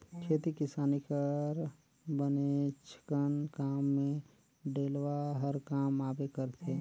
खेती किसानी कर बनेचकन काम मे डेलवा हर काम आबे करथे